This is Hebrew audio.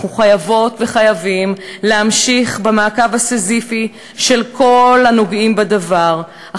אנחנו חייבות וחייבים להמשיך במעקב הסיזיפי של כל הנוגעים בדבר,